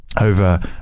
over